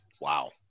Wow